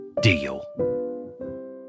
deal